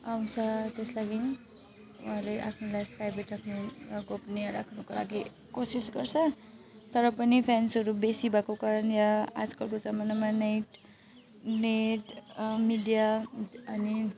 आउँछ त्यस लागिन् उहाँले आफ्नो लाइफ प्राइभेट राख्नु गोपनीय राख्नुको लागि कोसिस गर्छ तर पनि फ्यान्सहरू बेसी भएको कारण यहाँ आजकलको जमानामा नैट नेट मिडिया अनि